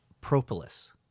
Propolis